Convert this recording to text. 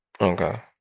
Okay